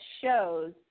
shows